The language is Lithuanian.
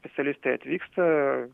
specialistai atvyksta